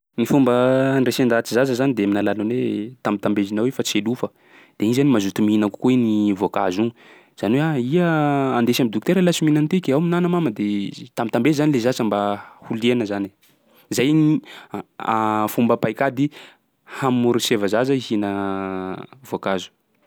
Ny fomba andresen-dahatsy zaza zany de amin'ny alalan'ny hoe tambitambezinao i fa tsy alofa de igny zany mazoto mihina kokoa igny voankazo igny. Zany hoe: iha andesy am'dokotera laha tsy mihina an'tiky, ao mihinana mama! De z- tambitambezy zany le zaza mba ho liana zany e. Zay gny fomba paikady hamôrseva zaza hihina voankazo.